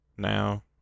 now